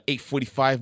8.45